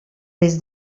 des